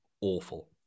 awful